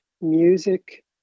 music